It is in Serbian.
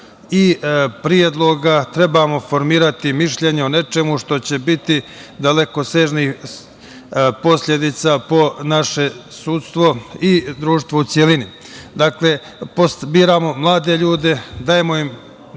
i predloga trebamo formirati mišljenje o nečemu što će biti daleko sežnijih posledica po naše sudstvo i društvo u celini. Dakle, biramo mlade ljude, dajemo im